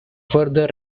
further